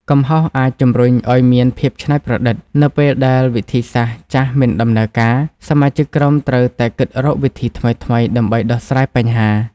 កំហុសអាចជំរុញឲ្យមាន ភាពច្នៃប្រឌិត។ នៅពេលដែលវិធីសាស្ត្រចាស់មិនដំណើរការ សមាជិកក្រុមត្រូវតែគិតរកវិធីថ្មីៗដើម្បីដោះស្រាយបញ្ហា។